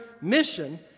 mission